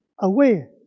away